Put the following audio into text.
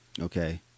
Okay